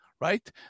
Right